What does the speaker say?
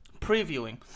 previewing